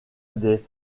des